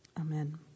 Amen